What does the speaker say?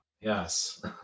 Yes